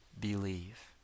believe